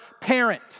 parent